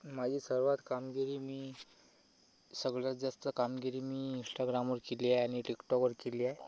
माझी सर्वात कामगिरी मी सगळ्यात जास्त कामगिरी मी इंस्टाग्रामवर केली आहे आणि टिकटॉकवर केली आहे